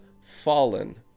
fallen